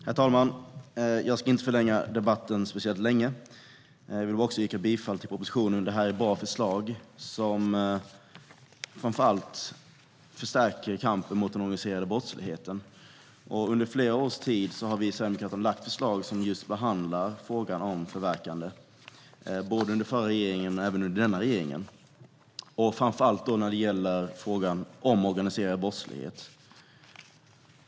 Herr talman! Jag ska inte förlänga debatten speciellt mycket. Jag vill yrka bifall till förslaget i betänkandet. Det här är bra förslag som framför allt förstärker kampen mot den organiserade brottsligheten. Under flera års tid har vi sverigedemokrater lagt förslag som just behandlar frågan om förverkande, både under den förra regeringen och under denna regering, framför allt när det gäller frågan om organiserad brottslighet.